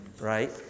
right